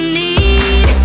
need